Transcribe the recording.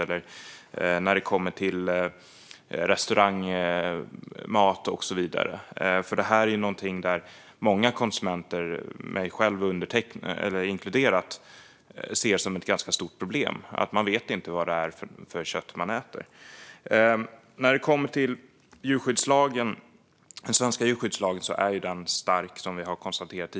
Många konsumenter, inklusive mig själv, ser det som ett ganska stort problem att man inte vet vad det är för kött man äter. Den svenska djurskyddslagen är stark, som vi tidigare har konstaterat.